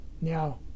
Now